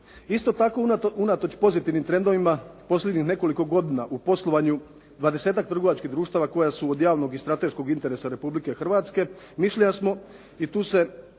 Isto tako, unatoč pozitivnim trendovima posljednjih nekoliko godina u poslovanju 20-tak trgovačkih društava koja su od javnog i strateškog interesa Republike Hrvatske, mišljenja smo i tu se